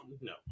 No